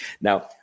Now